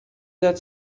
that